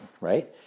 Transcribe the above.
right